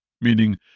meaning